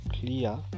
clear